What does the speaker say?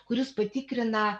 kuris patikrina